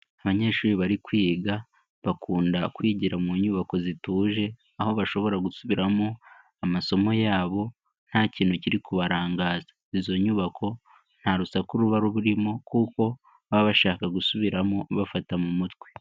Abanyeshuri bari kwiga bakunda kwigira mu nyubako zituje aho bashobora gusubiramo amasomo yabo nta kintu kiri kubarangaza. Izo nyubako nta rusaku ruba rurimo, kuko baba bashaka gusubiramo bafata mu mutwe.